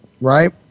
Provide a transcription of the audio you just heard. right